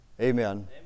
amen